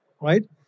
right